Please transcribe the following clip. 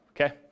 okay